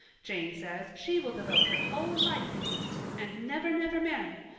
jane says she will devote her whole life to teaching, and never, never marry,